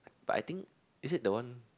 but I think is it the one